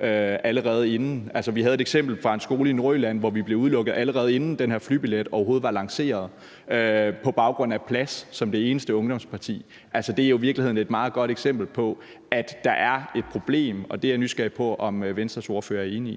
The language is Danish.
synspunkter – altså, vi havde et eksempel fra en skole i Nordjylland, hvor vi som det eneste ungdomsparti blev udelukket, allerede inden den her flybillet overhovedet var lanceret, på baggrund af plads – så er det jo i virkeligheden et meget godt eksempel på, at der er et problem. Og det er jeg nysgerrig på om Venstres ordfører er enig